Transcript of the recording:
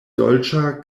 dolĉa